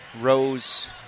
Rose